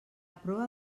proa